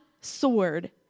sword